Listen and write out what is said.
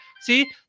see